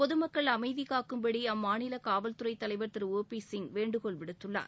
பொதமக்கள் அமைதிகாக்கும்படி அம்மாநில காவல்துறை தலைவர் திரு ஓ பி சிங் வேண்டுகோள் விடுத்துள்ளார்